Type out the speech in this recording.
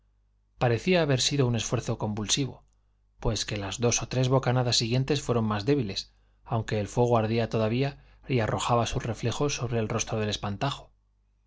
parecía haber sido un esfuerzo convulsivo pues que las dos o tres bocanadas siguientes fueron más débiles aunque el fuego ardía todavía y arrojaba sus reflejos sobre el rostro del espantajo